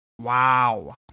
Wow